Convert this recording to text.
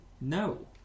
No